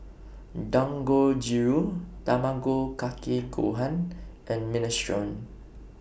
Dangojiru Tamago Kake Gohan and Minestrone